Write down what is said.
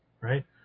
right